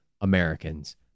Americans